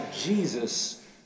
Jesus